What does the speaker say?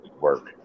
work